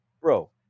bro